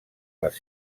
les